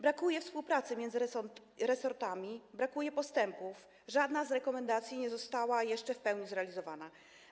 Brakuje współpracy między resortami, brakuje postępów, żadna z rekomendacji nie została jeszcze w pełni zrealizowana.